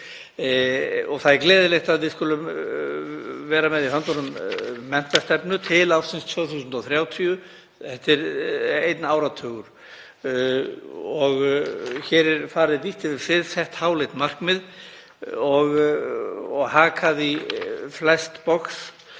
Það er gleðilegt að við skulum vera með í höndunum menntastefnu til ársins 2030, þetta er einn áratugur. Hér er farið vítt yfir svið, sett háleit markmið og hakað í flest box.